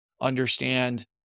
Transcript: understand